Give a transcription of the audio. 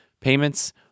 payments